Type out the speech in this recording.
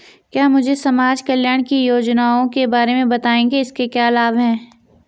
क्या मुझे समाज कल्याण की योजनाओं के बारे में बताएँगे इसके क्या लाभ हैं?